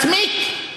מסמיק,